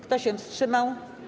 Kto się wstrzymał?